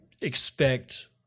expect